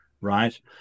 right